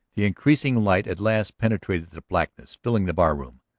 the increasing light at last penetrated the blackness filling the barroom.